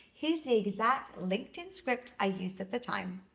here's the exact linkedin script i used at the time.